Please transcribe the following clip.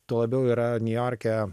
tuo labiau yra niujorke